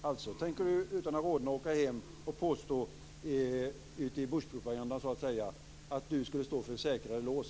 Alltså, tänker Harald Bergström utan att rodna åka hem och påstå ute i den s.k. bush-propagandan att han skulle stå för säkrare lås?